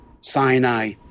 Sinai